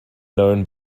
known